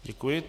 Děkuji.